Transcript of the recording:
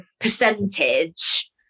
percentage